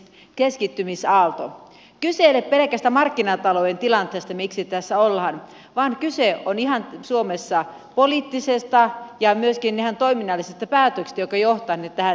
kyse ei ole pelkästä markkinatalouden tilanteesta miksi tässä ollaan vaan kyse on suomessa ihan poliittisista ja myöskin ihan toiminnallisista päätöksistä jotka ovat johtaneet tähän tilanteeseen